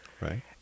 Right